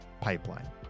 pipeline